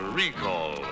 recall